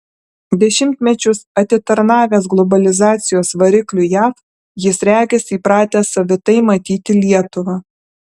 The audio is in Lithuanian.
dešimtmečius atitarnavęs globalizacijos varikliui jav jis regis įpratęs savitai matyti lietuvą